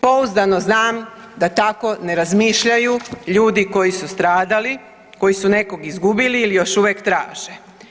Pouzdano znam da tako ne razmišljaju ljudi koji su stradali, koji su nekog izgubili ili još uvijek traže.